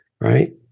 right